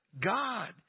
God